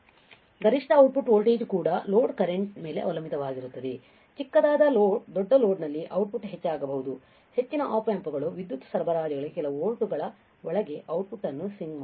ಗರಿಷ್ಠ output voltage ಕೂಡ load current ಮೇಲೆ ಅವಲಂಬಿತವಾಗಿರುತ್ತದೆ ಚಿಕ್ಕದಾದ ಲೋಡ್ ದೊಡ್ಡ ಲೋಡ್ ನಲ್ಲಿ ಔಟ್ಪುಟ್ ಹೆಚ್ಚು ಹೋಗಬಹುದು ಹೆಚ್ಚಿನ ಆಪ್ ಆಂಪ್ಸ್ಗಳು ವಿದ್ಯುತ್ ಸರಬರಾಜುಗಳಿಗೆ ಕೆಲವು ವೋಲ್ಟ್ಗಳ ಒಳಗೆ ಔಟ್ಪುಟ್ ಅನ್ನು ಸ್ವಿಂಗ್ ಮಾಡಬಹುದು